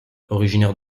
originaire